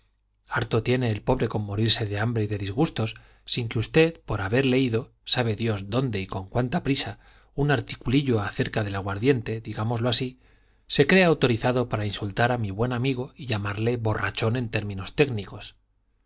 harto tiene el pobre con morirse de hambre y de disgustos sin que usted por haber leído sabe dios dónde y con cuánta prisa un articulillo acerca del aguardiente digámoslo así se crea autorizado para insultar a mi buen amigo y llamarle borrachón en términos técnicos